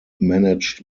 managed